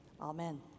Amen